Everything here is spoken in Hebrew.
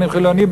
אם חילוני,